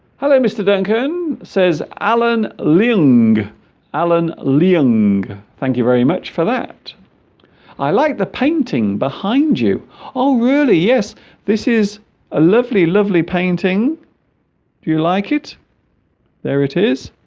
hello mr. duncan says alan ling alan leong thank you very much for that i like the painting behind you oh really yes this is a lovely lovely painting do you like it there it is